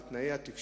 על תנאי התקשרות,